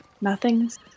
nothing's